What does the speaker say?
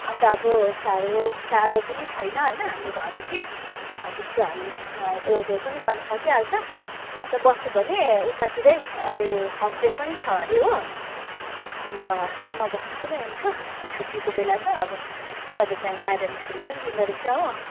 अन्त अब टाढो टाढो पनि छैन होइन हाम्रो घरदेखि त्यस्तो हामी ओहोरदोहोर पनि गर्न सकिहाल्छ अन्त बस्यो भने उतातिरै होस्टेल पनि छ अरे हो अन्त होस्टेलमा बस्नु पनि हुन्छ छुट्टीको बेला त अब कहिलेकहीँ बाहिर निस्कनु पनि दिँदोरहेछ हो